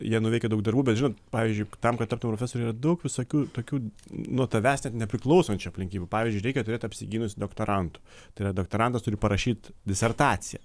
jie nuveikė daug darbų bet žinot pavyzdžiui tam kad taptum profesoriu yra daug visokių tokių nuo tavęs net nepriklausančių aplinkybių pavyzdžiui reikia turėt apsigynus doktorantu tai yra doktorantas turi parašyt disertaciją